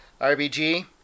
RBG